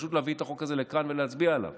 פשוט להביא את החוק הזה לכאן ולהצביע עליו